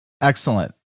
Excellent